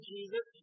Jesus